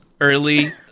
early